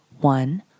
one